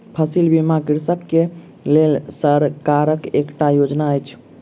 फसिल बीमा कृषक के लेल सरकारक एकटा योजना अछि